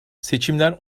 seçimler